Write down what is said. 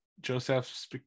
Joseph